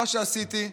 מה שעשיתי,